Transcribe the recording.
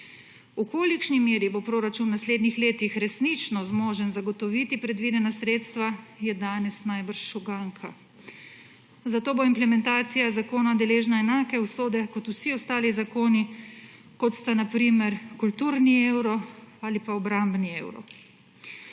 V kolikšni meri bo proračun v naslednjih letih resnično zmožen zagotoviti predvidena sredstva, je danes najbrž uganka. Zato bo implementacija zakona deležna enake usode kot vsi ostali zakoni, kot sta na primer kulturni evro ali pa obrambni evro.